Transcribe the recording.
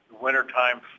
wintertime